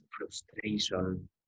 frustration